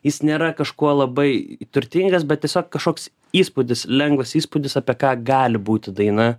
jis nėra kažkuo labai turtingas bet tiesiog kažkoks įspūdis lengvas įspūdis apie ką gali būti daina